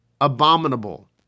abominable